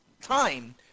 time